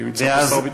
נמצא פה שר הביטחון,